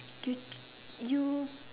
you you